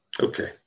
Okay